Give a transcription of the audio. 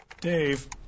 Dave